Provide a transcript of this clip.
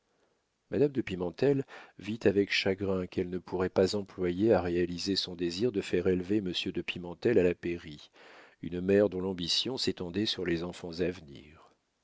madame de pimentel vit avec chagrin qu'elle ne pourrait pas employer à réaliser son désir de faire élever monsieur de pimentel à la pairie une mère dont l'ambition s'étendait sur les enfants à venir